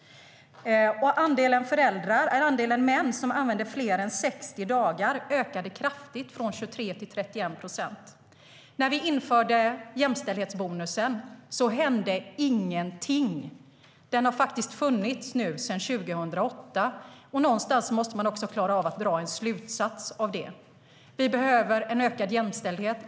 Andelen män som använder fler än 60 dagar ökade kraftigt från 23 till 31 procent. När vi införde jämställdhetsbonusen hände ingenting. Den har funnits sedan 2008. Någonstans måste man klara av att dra en slutsats av detta. Vi behöver en ökad jämställdhet.